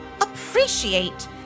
appreciate